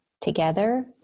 together